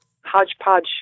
hodgepodge